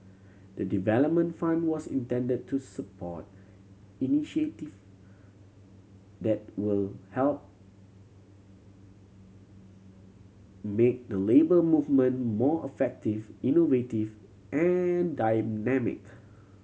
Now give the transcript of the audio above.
the development fund was intend to support initiative that will help make the Labour Movement more effective innovative and dynamic